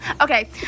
okay